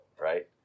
Right